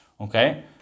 Okay